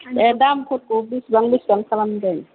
ए दामफोरखौ बेसेबां बेसेबां खालामदों